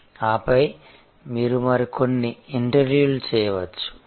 png ఆపై మీరు మరికొన్ని ఇంటర్వ్యూలు చేయవచ్చు